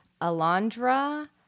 Alondra